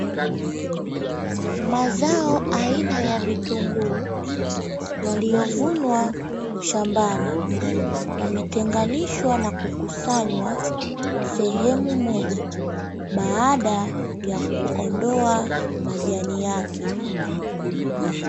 Mazao aina ya vitunguu yaliyovunwa shambani, yametanganishwa na kukusanywa sehemu moja baada ya kuondoa majani yake.